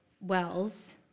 Wells